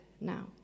now